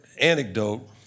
anecdote